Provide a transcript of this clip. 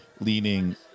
leaning